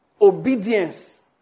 obedience